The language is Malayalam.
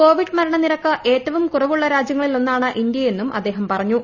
കോവിഡ്ട് മർണനിരക്ക് ഏറ്റവും കുറവുള്ള രാജ്യ ങ്ങളിലൊന്നാണ് ഇന്ത്യ്യെന്നും അദ്ദേഹം പറഞ്ഞു